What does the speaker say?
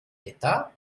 d’état